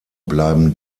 bleiben